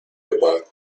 about